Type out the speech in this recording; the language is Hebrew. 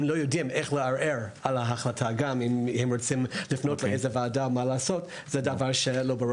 אם הם רוצים לפנות לוועדה כלשהי,